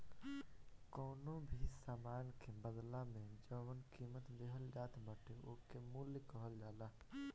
कवनो भी सामान के बदला में जवन कीमत देहल जात बाटे ओके मूल्य कहल जाला